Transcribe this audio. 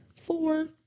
Four